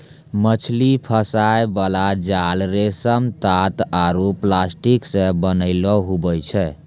मछली फसाय बाला जाल रेशम, तात आरु प्लास्टिक से बनैलो हुवै छै